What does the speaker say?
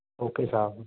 okay Sahib